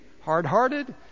Hard-hearted